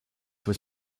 was